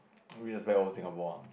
miss back old Singapore ah